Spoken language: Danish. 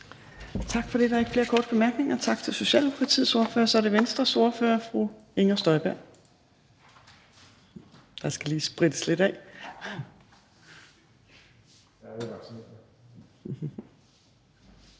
Tak for det. Der er ikke flere korte bemærkninger. Tak til Socialdemokratiets ordfører. Så er det Venstres ordfører, fru Inger Støjberg. Der skal lige sprittes lidt af.